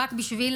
ביגוד למפונים,